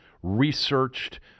researched